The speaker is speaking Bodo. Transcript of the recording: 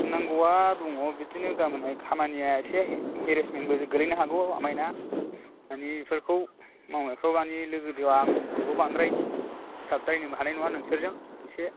होननांगौआ दङ बिदिनो गाबोनहाय खामानिया एसे हेरेसमेन्ट बो गोलैनो हागौ आमायना माने बेफोरखौ मावनायखौ माने लोगोदावा आंखौबो बांद्राय सिथाबद्रायनोबो हानाय नङा नोंसोरजों इसे